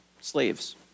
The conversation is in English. slaves